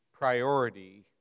priority